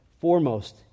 foremost